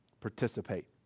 Participate